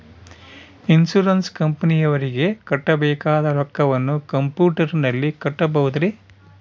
Insurance ಕಂಪನಿಯವರಿಗೆ ಕಟ್ಟಬೇಕಾದ ರೊಕ್ಕವನ್ನು ಕಂಪ್ಯೂಟರನಲ್ಲಿ ಕಟ್ಟಬಹುದ್ರಿ?